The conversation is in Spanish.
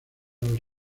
los